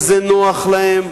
זה נוח להם,